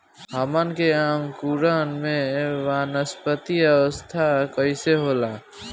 हमन के अंकुरण में वानस्पतिक अवस्था कइसे होला?